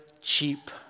cheap